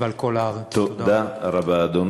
תודה רבה.